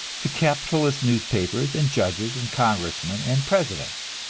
to capitalist newspapers and judges and congressmen and presidents.